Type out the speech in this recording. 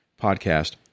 podcast